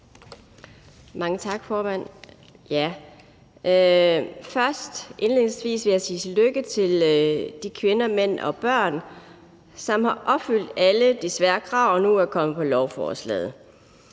Mange tak, formand. Indledningsvis vil jeg sige tillykke til de kvinder, mænd og børn, som har opfyldt alle de svære krav og nu er kommet på lovforslaget.